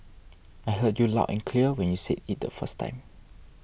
I heard you loud and clear when you said it the first time